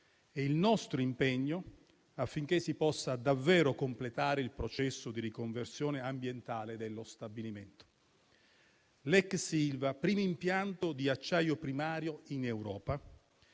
e il nostro impegno affinché si possa davvero completare il processo di riconversione ambientale dello stabilimento. L'ex Ilva, primo impianto di acciaio primario in Europa,